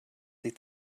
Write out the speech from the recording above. sie